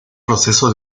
proceso